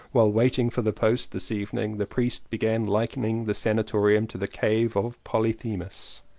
while waiting for the post this evening the priest began likening the sanatorium to the cave of polythemus.